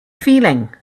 feeling